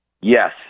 Yes